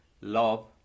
love